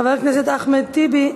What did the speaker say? חבר הכנסת אחמד טיבי,